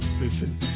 Listen